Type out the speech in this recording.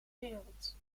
wereld